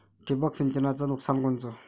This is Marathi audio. ठिबक सिंचनचं नुकसान कोनचं?